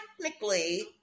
technically